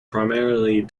primarily